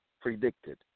predicted